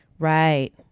Right